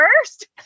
first